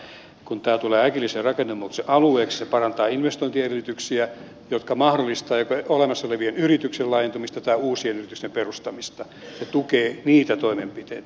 kun tämä tulee äkillisen rakennemuutoksen alueeksi se parantaa investointiedellytyksiä jotka mahdollistavat jo olemassa olevien yrityksien laajentumista tai uusien yritysten perustamista ja tukee niitä toimenpiteitä